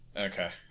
Okay